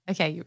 Okay